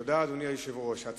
אדוני היושב-ראש, תודה.